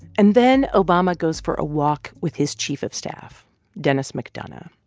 and then obama goes for a walk with his chief of staff denis mcdonough,